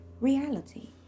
reality